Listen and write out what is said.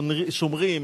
שומרים,